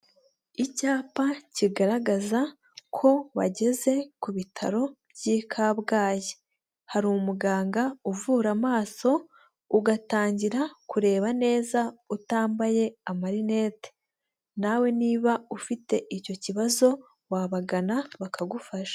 Icyapa kigaragaza ko bageze ku bitaro by'i Kabgayi, hari umuganga uvura amaso ugatangira kureba neza utambaye amarinete, nawe niba ufite icyo kibazo wabagana bakagufasha.